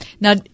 Now